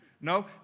No